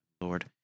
Lord